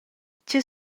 tgei